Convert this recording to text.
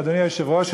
אדוני היושב-ראש,